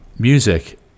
Music